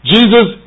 Jesus